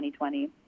2020